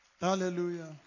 Hallelujah